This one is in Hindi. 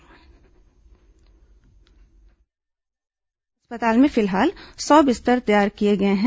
इस अस्पताल में फिलहाल सौ बिस्तर तैयार कर लिए गए हैं